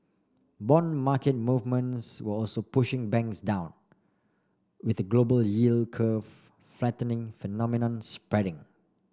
bond market movements were also pushing banks down with a global yield curve flattening phenomenon spreading